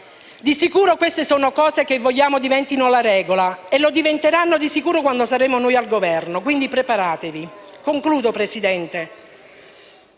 Di sicuro queste sono cose che vogliamo diventino la regola e lo diventeranno di sicuro quando saremo noi al Governo. Quindi preparatevi. Concludo, signor Presidente.